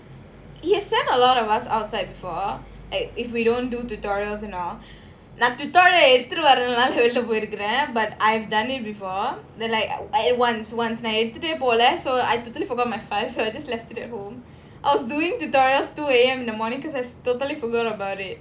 he has sent a lot of us outside before and if we don't do tutorials நான்:nan tutorial எடுத்துட்டுவரலன்னுலாம்சொல்லிட்டுபோயிருக்கேன்:eduthutu varalanulam sollitu poiruken but I've done it before like I at once once எடுத்துட்டேபோகல:eduthute pogala so I totally forgot my file so I just left it at home I was doing tutorials two A_M in the morning cause I totally forgot about it